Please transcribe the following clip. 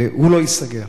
הוא לא ייסגר.